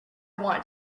want